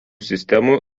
sistemų